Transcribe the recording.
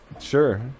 sure